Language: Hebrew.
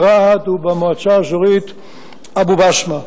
ברהט ובמועצה האזורית אבו-בסמה.